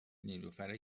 نیلوفر